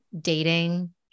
dating